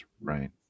right